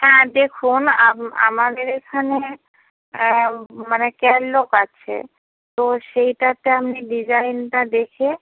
হ্যাঁ দেখুন আমাদের এখানে মানে ক্যাটালগ আছে তো সেইটাতে আপনি ডিজাইনটা দেখে